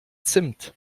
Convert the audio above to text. zimt